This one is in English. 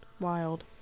Wild